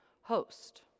host